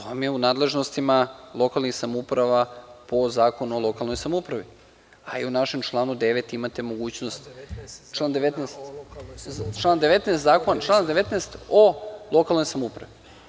To vam je u nadležnostima lokalnih samouprava po Zakonu o lokalnoj samoupravi, a i u našem članu 9. imate mogućnost, odnosno član 19. o lokalnoj samoupravi.